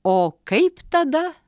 o kaip tada